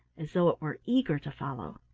as though it were eager to follow.